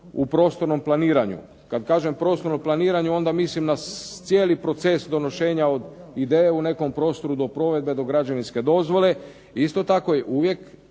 u prostornom planiranju. Kad kažem prostornom planiranju onda mislim na cijeli proces donošenja od ideje u nekom prostoru do provedbe, do građevinske dozvole. I isto tako je uvijek